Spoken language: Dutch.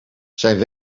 zijn